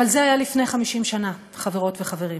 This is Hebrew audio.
אבל זה היה לפני 50 שנה, חברות וחברים.